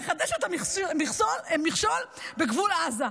לחדש את המכשול בגבול עזה.